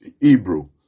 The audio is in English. Hebrew